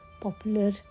popular